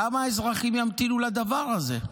כמה אזרחים ימתינו לדבר הזה?